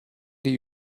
die